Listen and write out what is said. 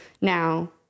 now